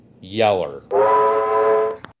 Yeller